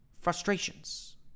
frustrations